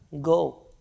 Go